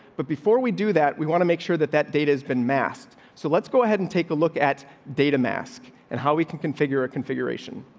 but before we do that, we want to make sure that that data has been masked. so let's go ahead and take a look at data mask and how we can configure a configuration.